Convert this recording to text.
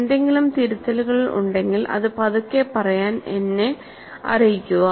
എന്തെങ്കിലും തിരുത്തലുകൾ ഉണ്ടെങ്കിൽ അത് പതുക്കെ പറയാൻ എന്നെ അറിയിക്കുക